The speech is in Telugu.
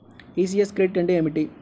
ఈ.సి.యస్ క్రెడిట్ అంటే ఏమిటి?